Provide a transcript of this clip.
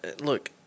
look